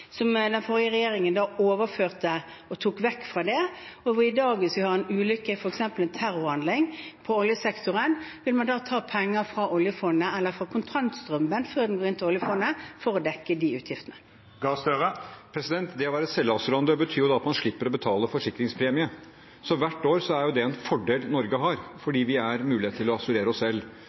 som den forrige regjeringen overførte og tok vekk. I dag vil man, hvis vi har en ulykke – f.eks. en terrorhandling – i oljesektoren, ta penger fra oljefondet eller fra kontantstrømmen før den går inn til oljefondet, for å dekke de utgiftene. Det å være selvassurandør betyr jo da at man slipper å betale forsikringspremie. Så hvert år er det en fordel Norge har fordi vi har mulighet til å assurere oss selv.